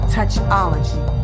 Touchology